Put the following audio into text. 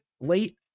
late